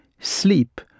sleep